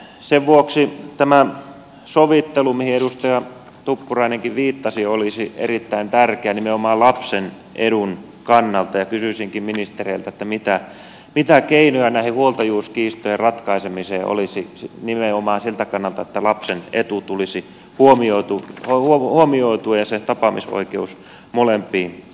sen vuoksi tämä sovittelu mihin edustaja tuppurainenkin viittasi olisi erittäin tärkeä nimenomaan lapsen edun kannalta ja kysyisinkin ministereiltä mitä keinoja näiden huoltajuuskiistojen ratkaisemiseen olisi nimenomaan siltä kannalta että lapsen etu tulisi huomioitua ja se tapaamisoikeus molempiin vanhempiin